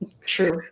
True